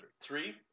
Three